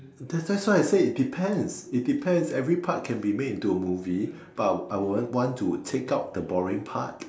that's that's why I say it depends it depends every part can be made into a movie but I I want want to take out the boring part